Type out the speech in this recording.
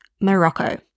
Morocco